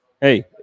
hey –